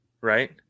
right